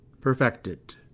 perfected